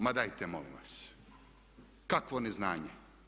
Ma dajte molim vas, kakvo neznanje!